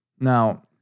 now